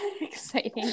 exciting